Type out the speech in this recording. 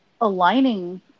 aligning